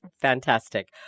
Fantastic